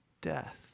Death